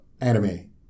anime